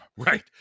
Right